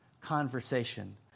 conversation